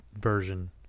version